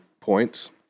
points